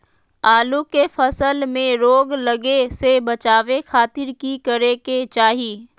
आलू के फसल में रोग लगे से बचावे खातिर की करे के चाही?